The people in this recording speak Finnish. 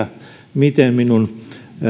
miten minun